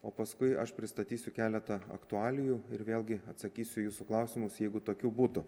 o paskui aš pristatysiu keletą aktualijų ir vėlgi atsakysiu į jūsų klausimus jeigu tokių būtų